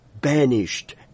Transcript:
banished